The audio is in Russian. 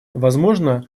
возможно